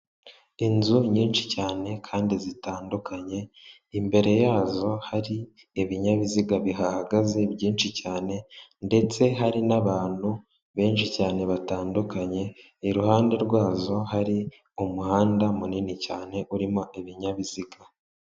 Inzu nyinshi cyane kandi zitandukanye, imbere yazo hari ibinyabiziga bihagaze byinshi cyane ndetse hari n'abantu benshi cyane batandukanye, iruhande rwazo hari umuhanda munini cyane urimo ibinyabiziga.